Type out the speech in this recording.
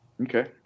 Okay